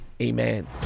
amen